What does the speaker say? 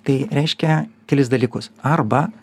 tai reiškia kelis dalykus arba